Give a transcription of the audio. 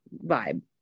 vibe